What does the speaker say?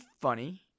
funny